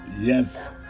Yes